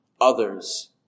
others